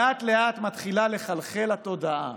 לאט-לאט מתחילה לחלחל התודעה